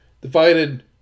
divided